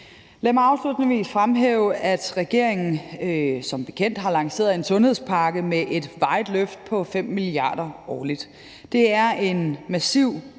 Lad mig afslutningsvis fremhæve, at regeringen som bekendt har lanceret en sundhedspakke med et varigt løft på 5 mia. kr. årligt. Det er en massiv